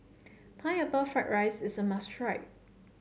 Pineapple Fried Rice is a must try